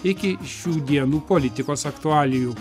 iki šių dienų politikos aktualijų